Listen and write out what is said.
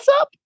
up